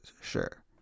sure